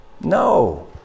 No